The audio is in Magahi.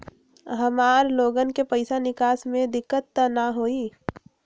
हमार लोगन के पैसा निकास में दिक्कत त न होई?